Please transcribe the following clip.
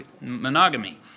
monogamy